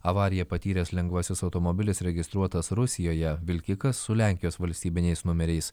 avariją patyręs lengvasis automobilis registruotas rusijoje vilkikas su lenkijos valstybiniais numeriais